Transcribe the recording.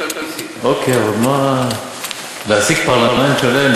אבל לא מבין מה מקור השאלה.